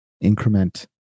increment